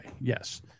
Yes